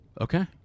Okay